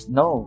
no